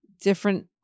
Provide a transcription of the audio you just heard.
Different